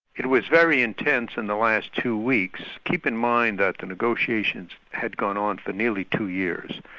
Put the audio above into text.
it was very intense in the last two weeks. keep in mind that the negotiations had gone on for nearly two years,